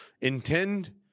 intend